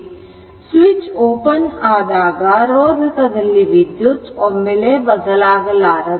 switch open ಆದಾಗ ರೋಧಕ ದಲ್ಲಿ ವಿದ್ಯುತ್ ಒಮ್ಮೆಲೆ ಬದಲಾಗಲಾರದು